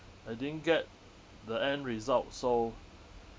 I didn't get the end result so